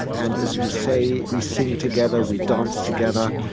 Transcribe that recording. and as you say, we sing together, we dance together,